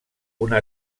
una